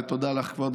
ותודה לך,